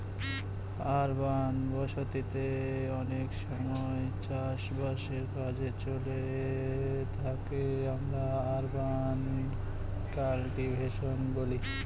urban বসতি তে অনেক সময় চাষ বাসের কাজে চলে যাকে আমরা আরবান কাল্টিভেশন বলি